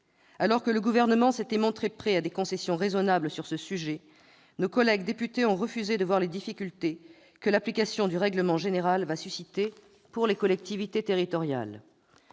Alors que le Gouvernement s'était montré prêt à des concessions raisonnables sur ce sujet, nos collègues députés ont refusé de voir les difficultés que l'application du RGPD suscitera pour les collectivités territoriales.